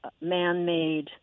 man-made